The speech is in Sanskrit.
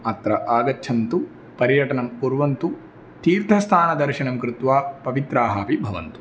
अत्र आगच्छन्तु पर्यटनं कुर्वन्तु तीर्थस्थानदर्शनं कृत्वा पवित्राः अपि भवन्तु